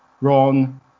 ron